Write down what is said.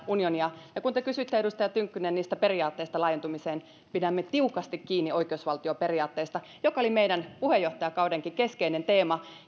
unionia kun te kysyitte edustaja tynkkynen periaatteista laajentumiseen niin pidämme tiukasti kiinni oikeusvaltioperiaatteesta joka oli meidän puheenjohtajakautemmekin keskeinen teema